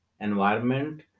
environment